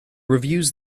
reviews